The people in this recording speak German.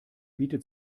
bietet